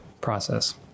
process